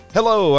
Hello